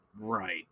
Right